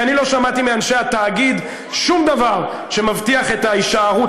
כי אני לא שמעתי מאנשי התאגיד שום דבר שמבטיח את ההישארות.